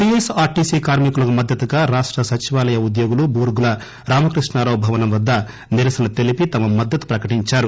TS RTC కార్కికులకు మద్దతుగా రాష్ట సచివాలయ ఉద్యోగులు బూర్గుల రామకృష్ణారావు భవనం వద్ద నిరసన తెలిపి తమ మద్దతు ప్రకటించారు